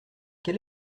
quel